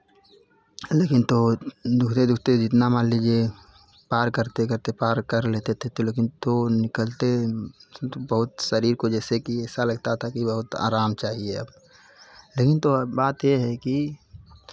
लेकिन तो दुखते दुखते जितना मान लीजिए पार करते करते पार कर लेते थे लेकिन तो निकलते बहुत शरीर को जैसे कि ऐसा लगता था कि बहुत आराम चाहिए अब लेकिन तो अब बात ये है कि